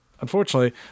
Unfortunately